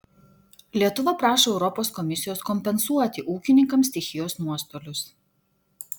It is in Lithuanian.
lietuva prašo europos komisijos kompensuoti ūkininkams stichijos nuostolius